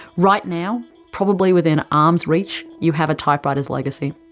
right now, probably within arm's reach, you have a typewriter's legacy.